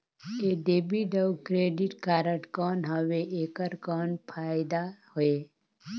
ये डेबिट अउ credit card कौन हवे एकर कौन फाइदा हे?